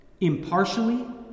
impartially